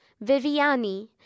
viviani